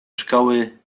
szkoły